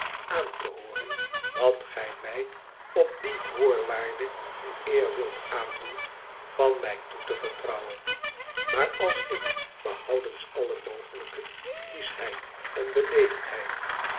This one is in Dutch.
aan te hooren wat gij mij op die voorwaarde de eer wiltaandoen van mij toe te vertrouwen maar als ik behoudens alle mogelijke kieschheid en